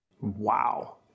Wow